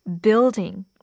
building